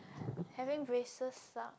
having braces suck